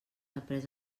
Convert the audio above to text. aprés